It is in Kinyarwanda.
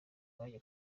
umwanya